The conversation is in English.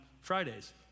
Fridays